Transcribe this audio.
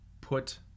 put